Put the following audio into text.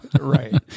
right